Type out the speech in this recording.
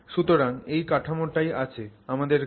সুতরাং এই কাঠামোটাই আছে আমাদের কাছে